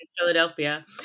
Philadelphia